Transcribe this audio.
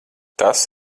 tas